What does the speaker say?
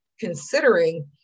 considering